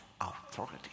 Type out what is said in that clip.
authority